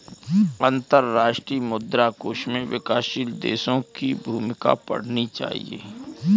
अंतर्राष्ट्रीय मुद्रा कोष में विकासशील देशों की भूमिका पढ़नी चाहिए